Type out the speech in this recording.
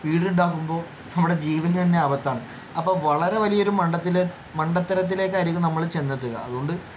വീട് ഉണ്ടാക്കുമ്പോൾ നമ്മുടെ ജീവന് തന്നെ അ ആപത്താണ് അപ്പം വളരെ വലിയൊരു മണ്ടത്തിൽ മണ്ടത്തരത്തിലേക്ക് ആയിരിക്കും നമ്മൾ ചെന്നെത്തുക അതുകൊണ്ട്